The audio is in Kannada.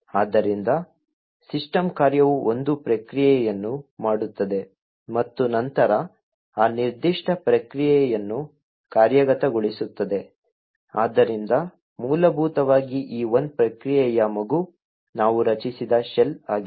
ಆದ್ದರಿಂದ ಸಿಸ್ಟಮ್ ಕಾರ್ಯವು ಒಂದು ಪ್ರಕ್ರಿಯೆಯನ್ನು ಮಾಡುತ್ತದೆ ಮತ್ತು ನಂತರ ಆ ನಿರ್ದಿಷ್ಟ ಪ್ರಕ್ರಿಯೆಯನ್ನು ಕಾರ್ಯಗತಗೊಳಿಸುತ್ತದೆ ಆದ್ದರಿಂದ ಮೂಲಭೂತವಾಗಿ ಈ 1 ಪ್ರಕ್ರಿಯೆಯ ಮಗು ನಾವು ರಚಿಸಿದ ಶೆಲ್ ಆಗಿದೆ